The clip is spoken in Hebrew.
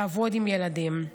לעבוד עם ילדים.